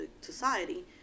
society